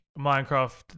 minecraft